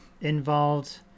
involved